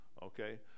okay